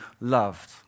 loved